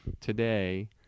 today